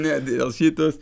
ne dėl šitos